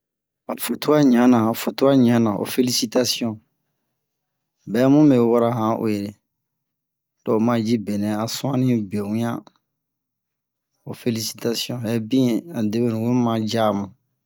han fotuwa ɲanna han fotuwa ɲanna o felicitations bɛ a mu me we wara han u'ere lo'o maji benɛ a suwanni be wian felicitation hɛbin ani Debuenu weemu ma jamu